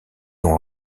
ont